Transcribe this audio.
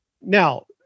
Now